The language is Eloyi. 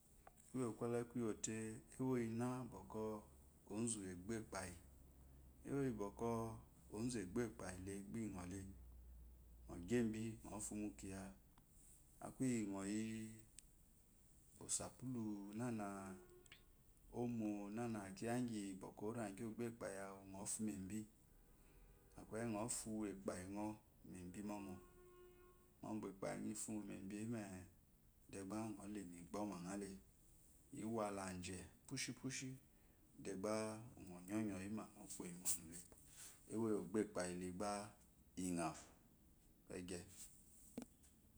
Kuyo kwo le kúyo te ewó iyi na bəkə ee tu əzú əbə epa yi ewo iyí bəkə ezú əba epá yile bá iye ine ŋogi ebi ŋo fumu kiyá áku iyi ŋə gi kwosa pulú náná omo namé kiya ingyi epwo epayi ovagyi of u ne bi o ekeyi ŋofu a pa yi mebi momo ba ŋ fu epa yi ŋ e maibi momo mye ba` ŋə lomi bə pina le kusu kusu emo iyi bokó bá iye wu ba əyoyo wa biza ghe